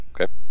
Okay